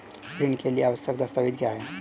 ऋण के लिए आवश्यक दस्तावेज क्या हैं?